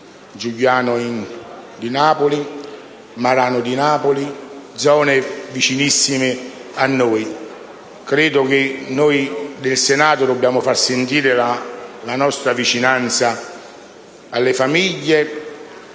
Giugliano in Campania e da Marano di Napoli, zone vicinissime a noi. Credo che noi del Senato dobbiamo far sentire la nostra vicinanza alle famiglie.